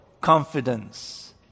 confidence